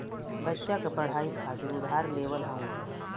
बच्चा क पढ़ाई खातिर उधार लेवल हउवन